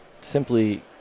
simply